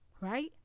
Right